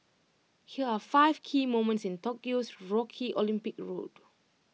here are five key moments in Tokyo's rocky Olympic road